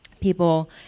People